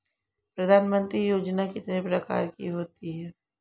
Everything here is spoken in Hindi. प्रधानमंत्री योजना कितने प्रकार की होती है?